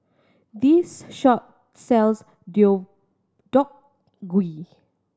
this shop sells Deodeok Gui